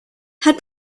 had